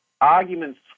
arguments